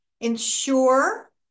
Ensure